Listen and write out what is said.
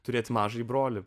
turėti mažąjį brolį